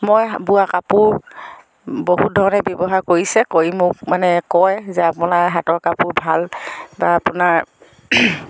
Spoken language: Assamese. মই বোৱা কাপোৰ বহুত ধৰণে ব্যৱহাৰ কৰিছে কৰি মোক মানে কয় যে আপোনাৰ হাতৰ কাপোৰ ভাল বা আপোনাৰ